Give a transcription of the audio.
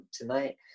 tonight